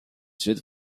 sud